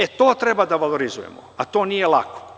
E to treba da valorizujemo, a to nije lako.